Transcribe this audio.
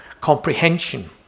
Comprehension